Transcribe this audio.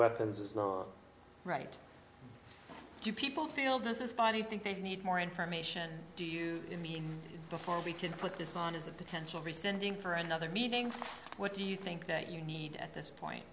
weapons is right do people feel this is funny think they need more information do you mean before we can put this on as a potential rescinding for another meeting what do you think that you need at this point